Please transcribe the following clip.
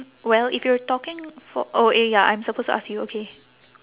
well if you're talking for oh eh ya I'm supposed to ask you okay